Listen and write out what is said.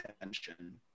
attention